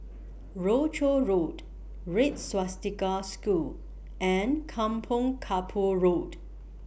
Rochor Road Red Swastika School and Kampong Kapor Road